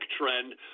trend